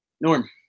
Norm